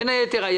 בין היתר,